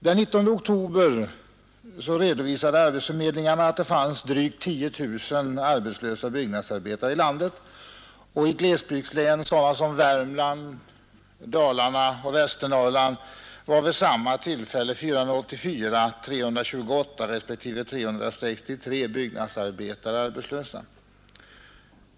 Den 19 oktober redovisade arbetsförmedlingarna att det fanns drygt 10 000 arbetslösa byggnadsarbetare i landet, och i glesbygdslän sådana som Värmland, Kopparberg och Västernorrland var vid samma tillfälle 484, 328 respektive 363 byggnadsarbetare arbetslösa.